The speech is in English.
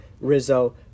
Rizzo